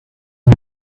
the